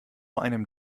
einem